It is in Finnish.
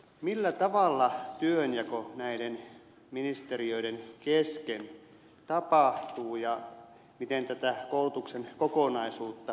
millä tavalla työnjako näiden ministeriöiden kesken tapahtuu ja miten tätä koulutuksen kokonaisuutta koordinoidaan